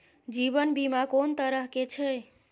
जीवन बीमा कोन तरह के छै?